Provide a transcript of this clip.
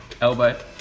elbow